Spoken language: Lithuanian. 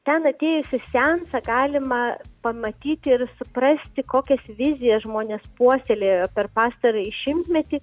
ten atėjus į seansą galima pamatyti ir suprasti kokias vizijas žmonės puoselėjo per pastarąjį šimtmetį